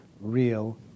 real